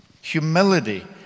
Humility